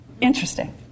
Interesting